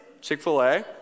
Chick-fil-A